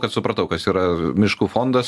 kad supratau kas yra miškų fondas